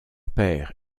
père